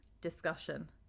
discussion